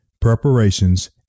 preparations